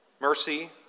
mercy